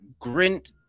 grint